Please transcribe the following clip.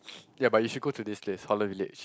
ya but you should go to this place Holland-Village